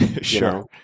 Sure